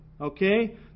Okay